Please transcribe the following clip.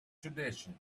tradition